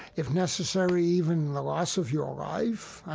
if necessary, even the loss of your life. i